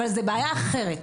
אבל זו בעיה אחרת.